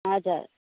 हजुर